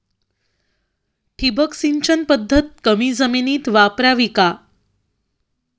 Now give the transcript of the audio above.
ठिबक सिंचन पद्धत कमी जमिनीत वापरावी का?